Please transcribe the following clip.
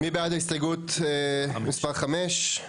מי בעד הסתייגות מספר 5?